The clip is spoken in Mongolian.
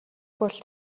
бол